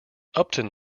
upton